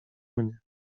mnie